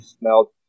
smelled